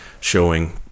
showing